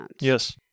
Yes